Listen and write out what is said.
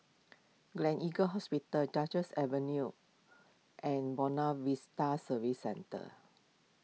Hospital Duchess Avenue and Buona Vista Service Centre